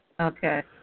Okay